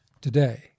today